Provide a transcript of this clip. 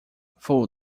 fool